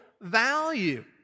value